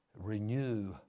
Renew